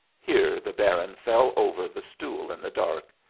here the baron fell over the stool in the dark.